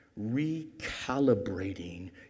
recalibrating